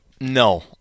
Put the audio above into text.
No